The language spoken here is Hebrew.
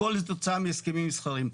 הכול כתוצאה מהסכמים מסחריים,